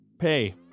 pay